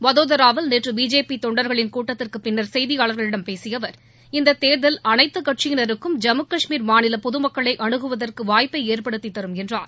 வதோதராவில் நேற்று பிஜேபி தொண்டர்களின் கூட்டத்திற்கு பின் செய்தியாளர்களிடம் பேசிய அவர் இந்தத் தேர்தல் அனைத்து கட்சியினருக்கும் ஜம்மு காஷ்மீர் மாநில பொதமக்களை அனுகுவதற்கு வாய்ப்பை ஏற்படுத்தித் தரும் என்றார்